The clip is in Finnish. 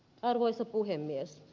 arvoisa puhemies